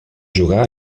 jugar